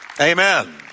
Amen